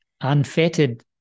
Unfettered